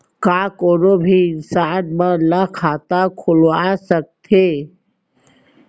का कोनो भी इंसान मन ला खाता खुलवा सकथे?